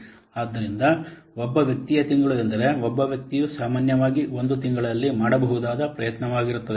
ಆದ್ದರಿಂದ ಒಬ್ಬ ವ್ಯಕ್ತಿಯ ತಿಂಗಳು ಎಂದರೆ ಒಬ್ಬ ವ್ಯಕ್ತಿಯು ಸಾಮಾನ್ಯವಾಗಿ ಒಂದು ತಿಂಗಳಲ್ಲಿ ಮಾಡಬಹುದಾದ ಪ್ರಯತ್ನವಾಗಿರುತ್ತದೆ